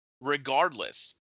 regardless